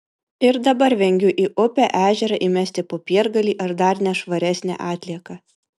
ir dabar vengiu į upę ežerą įmesti popiergalį ar dar nešvaresnę atlieką